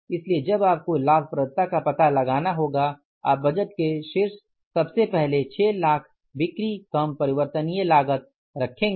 इसलिए जब आपको लाभप्रदता का पता लगाना होगा आप बजट के शीर्ष सबसे पहले 6 लाख बिक्री कम परिवर्तनीय लागत रखेंगे